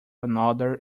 another